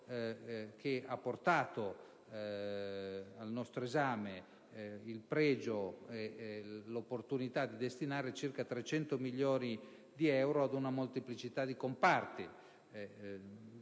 che ha portato al nostro esame il pregio e l'opportunità di destinare circa 300 milioni di euro ad una molteplicità di comparti